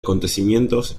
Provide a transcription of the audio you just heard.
acontecimientos